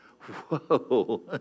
whoa